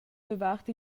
davart